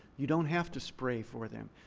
you don't have to spray for them.